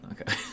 Okay